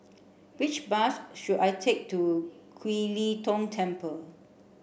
which bus should I take to Kiew Lee Tong Temple